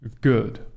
good